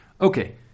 Okay